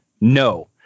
No